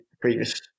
previous